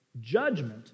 judgment